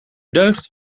deugd